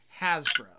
Hasbro